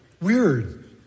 weird